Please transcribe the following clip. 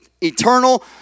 eternal